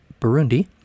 Burundi